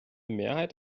mehrheit